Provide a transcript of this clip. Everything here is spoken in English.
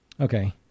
okay